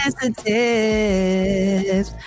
Sensitive